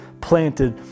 planted